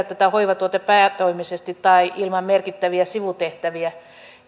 tätä hoivatyötä päätoimisesti tai ilman merkittäviä sivutehtäviä